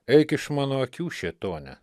eik iš mano akių šėtone